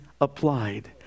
applied